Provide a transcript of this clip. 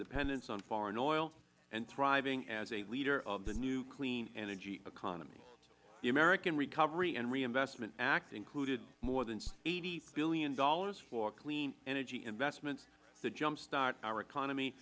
dependence on foreign oil and thriving as a leader of the new clean energy economy the american recovery and reinvestment act included more than eighty dollars billion for clean energy investments to jump start our economy